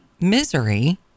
Misery